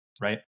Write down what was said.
right